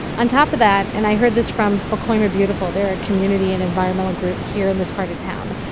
on top of that and i heard this from pacoima beautiful. they're a community and environmental group here in this part of town.